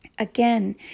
Again